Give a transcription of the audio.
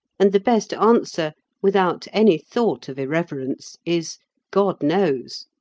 and the best answer, without any thought of irreverence, is god knows!